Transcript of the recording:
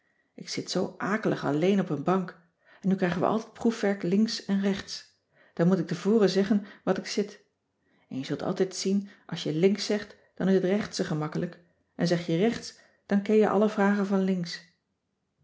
ik zit zoo akelig alleen op een bank en nu krijgen we altijd proefwerk links en rechts dan moet ik tevoren zeggen wat ik zit en je zult altijd zien als je links zegt dan is het rechtsche gemakkelijk en zeg je rechts dan ken je alle vragen van links